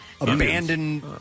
abandoned